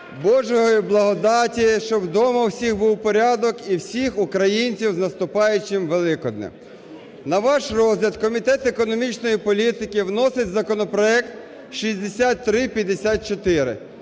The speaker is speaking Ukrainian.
божої благодаті, що вдома в усіх був порядок і всіх українців з наступаючим Великоднем. На ваш розгляд Комітет економічної політики вносить законопроект 6354.